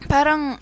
Parang